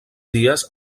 dies